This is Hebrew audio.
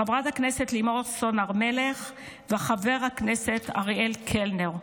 חברת הכנסת לימור סון הר מלך וחבר הכנסת אריאל קלנר.